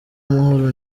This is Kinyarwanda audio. amahoro